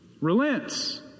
relents